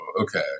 okay